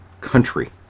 country